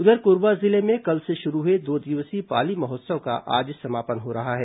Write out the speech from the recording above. उधर कोरबा जिले में कल से शुरू हुए दो दिवसीय पाली महोत्सव का आज समापन हो रहा है